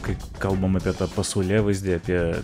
kai kalbam apie tą pasaulėvaizdį apie